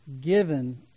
given